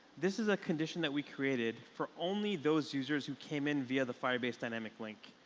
this is a condition that we created for only those users who came in via the firebase dynamic link.